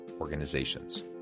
Organizations